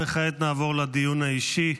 כעת נעבור לדיון האישי.